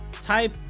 type